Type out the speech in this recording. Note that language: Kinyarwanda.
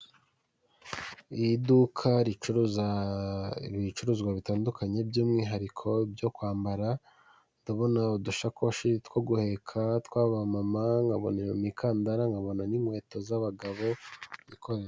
Iri duka ricuruza ibicuruzwa bitandukanye by'umwihariko byo kwambara. Ndabona udushakoshi two guheka tw'abamama, nkabonara imikandara, nkabona n'inkweto z'abagabo,